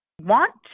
want